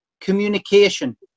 Communication